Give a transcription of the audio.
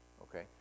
okay